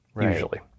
usually